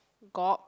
gob